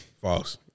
False